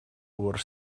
were